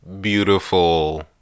beautiful